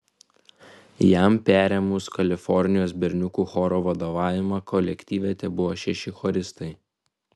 jam perėmus kalifornijos berniukų choro vadovavimą kolektyve tebuvo šeši choristai